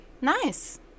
Nice